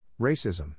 Racism